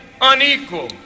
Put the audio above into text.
unequal